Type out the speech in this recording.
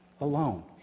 alone